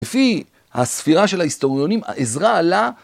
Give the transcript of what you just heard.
לפי הספירה של ההיסטוריונים, עזרה לה